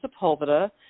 Sepulveda